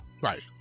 Right